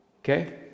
Okay